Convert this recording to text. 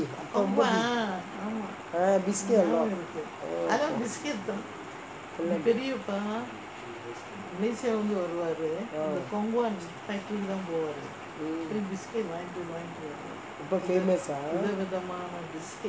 ah biscuit oh mm ரொம்ப:romba famous ah